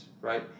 right